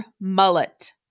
mullet